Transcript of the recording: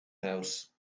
house